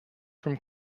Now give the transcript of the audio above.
from